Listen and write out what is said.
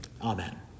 amen